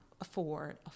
afford